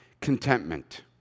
contentment